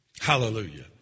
Hallelujah